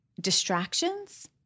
distractions